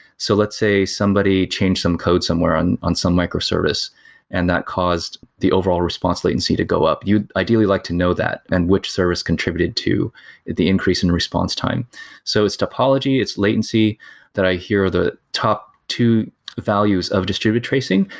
so let's say somebody changed some code somewhere on on some microservice and that caused the overall response latency to go up. you'd ideally like to know that and which service contributed to the increase in response time so it's topology, it's latency that i hear are the top two values of distributed tracing.